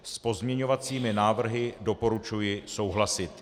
S pozměňovacími návrhy doporučuji souhlasit.